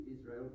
Israel